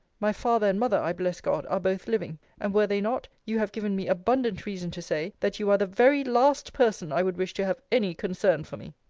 my father and mother, i bless god, are both living and were they not, you have given me abundant reason to say, that you are the very last person i would wish to have any concern for me.